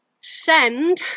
send